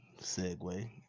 segue